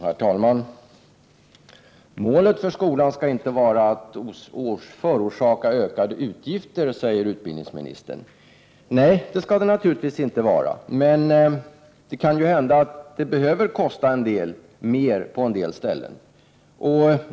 Herr talman! Målet för skolan skall inte vara att förorsaka ökade utgifter, säger utbildningsministern. Nej, det skall det naturligtvis inte vara, men det kan ju hända att skolan behöver kosta litet mer på en del ställen.